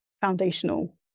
foundational